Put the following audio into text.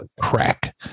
crack